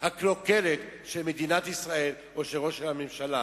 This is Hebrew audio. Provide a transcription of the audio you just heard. של מדינת ישראל או של ראש הממשלה,